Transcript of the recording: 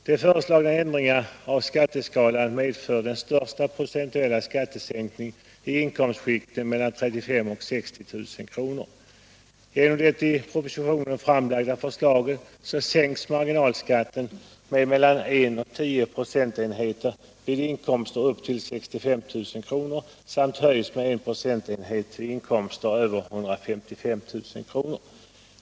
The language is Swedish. De föreslagna ändringarna av skatteskalan medför den största procentuella skattesänkningen i inkomstskikten mellan 35 000 och 60 000 kr. I enlighet med det i propositionen framlagda förslaget sänks marginalskatten mellan I och 10 procentenheter vid inkomster upp till 65 000 kr., medan den höjs med 1 procentenhet vid inkomster över 155 000 kr.